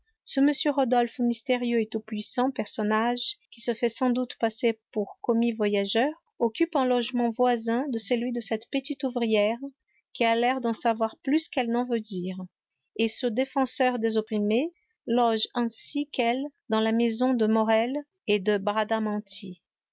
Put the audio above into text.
ce m rodolphe mystérieux et tout-puissant personnage qui se fait sans doute passer pour commis voyageur occupe un logement voisin de celui de cette petite ouvrière qui a l'air d'en savoir plus qu'elle n'en veut dire et ce défenseur des opprimés loge ainsi qu'elle dans la maison de morel et de